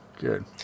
good